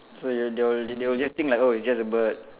so you'll they will they will just think like oh it's just a bird